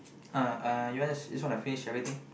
oh no uh you want just you just wanna finish everything